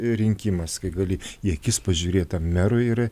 rinkimas kai gali į akis pažiūrėt tam merui ir